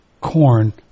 corn